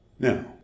Now